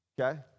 Okay